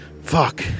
Fuck